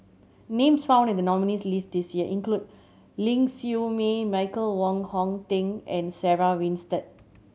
names found in the nominees' list this year include Ling Siew May Michael Wong Hong Teng and Sarah Winstedt